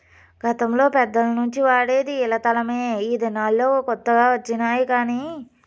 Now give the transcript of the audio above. గతంలో పెద్దల నుంచి వాడేది ఇలా తలమే ఈ దినాల్లో కొత్త వచ్చినాయి కానీ